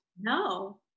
no